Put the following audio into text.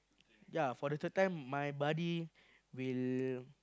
ya for the third time my buddy will